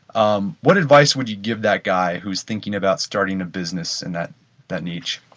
um what advice would you give that guy who is thinking about starting a business in that that niche?